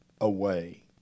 away